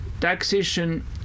taxation